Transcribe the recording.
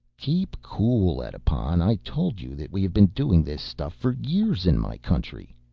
keep cool, edipon, i told you that we have been doing this stuff for years in my country.